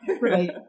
Right